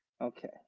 Okay